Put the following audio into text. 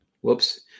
Whoops